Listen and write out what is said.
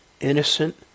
innocent